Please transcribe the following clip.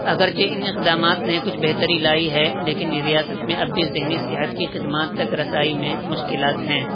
اگرچہ ان اقدامات نے کچھ بہتری لائی ہے لیکن ریاست میں اب بھی ذہنی صحت کی خدمات تک رسائی میں مشکلات ہیں